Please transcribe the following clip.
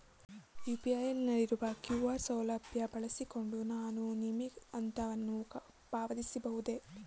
UPI ನಲ್ಲಿರುವ QR ಸೌಲಭ್ಯ ಬಳಸಿಕೊಂಡು ನಾನು ವಿಮೆ ಕಂತನ್ನು ಪಾವತಿಸಬಹುದೇ?